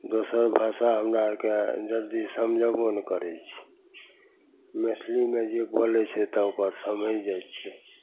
दोसर भाषा हमरा आओरके जल्दी समझबो नहि करै छिए मैथिलीमे जे बोलै छै तऽ ओकर समझि जाइ छिए